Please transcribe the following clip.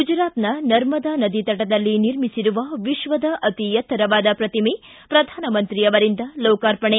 ಗುಜರಾತ್ನ ನರ್ಮದಾ ನದಿ ತಟದಲ್ಲಿ ನಿರ್ಮಿಸಿರುವ ವಿಶ್ವದ ಅತಿ ಎತ್ತರವಾದ ಪ್ರತಿಮೆ ಪ್ರಧಾನಮಂತ್ರಿ ಅವರಿಂದ ಲೋಕಾರ್ಪಣೆ